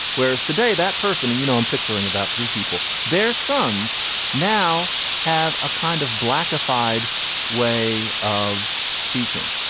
whereas today that person and, you know, i'm picturing about three people, their sons now have a kind of black ified way of speaking.